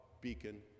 Beacon